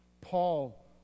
Paul